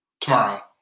tomorrow